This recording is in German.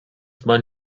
man